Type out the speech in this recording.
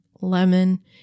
lemon